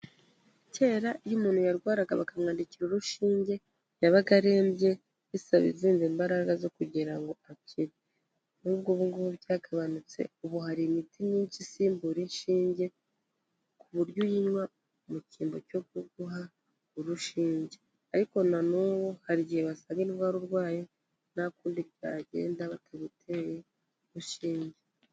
Kera iyo umuntu yarwaraga bakamwandikira urushinge, yabaga arembye bisaba izindi mbaraga zo kugira ngo akire n'ubwo ubu ngubu byagabanutse, ubu hari imiti myinshi isimbura inshinge, ku buryo uyinywa mu cyimbo cyo kuguha urushinge, ariko na n'ubu hari igihe basanga indwara urwaye nta kundi byagenda bataguteye urushinge.